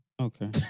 Okay